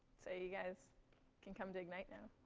so guys can come to ignite now.